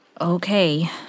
Okay